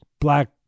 black